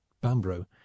Bambro